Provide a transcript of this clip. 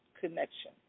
connection